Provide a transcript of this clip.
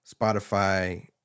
Spotify